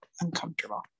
uncomfortable